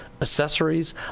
accessories